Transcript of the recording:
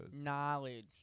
knowledge